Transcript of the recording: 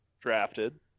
Drafted